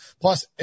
plus